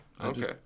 Okay